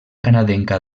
canadenca